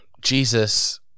Jesus